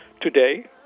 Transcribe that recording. Today